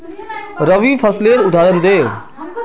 रवि फसलेर उदहारण दे?